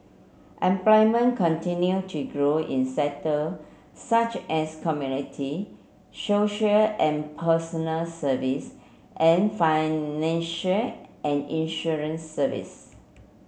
employment continue to grow in sector such as community social and personal service and financial and insurance service